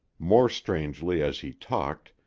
more strangely as he talked,